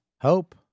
Hope